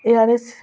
ଏହାରେ ସ